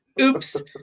Oops